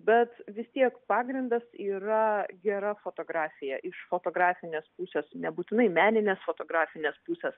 bet vis tiek pagrindas yra gera fotografija iš fotografinės pusės nebūtinai meninės fotografinės pusės